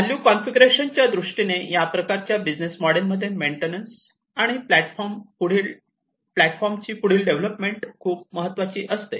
value configuration च्या दृष्टीने या प्रकारच्या बिझनेस मॉडेल मध्ये मेन्टेनन्स आणि प्लॅटफॉर्मची पुढील डेव्हलपमेंट हे खूप महत्त्वाचे आहे